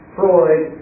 Freud